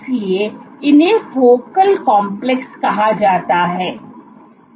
इसलिए इन्हें focal complex कहा जाता है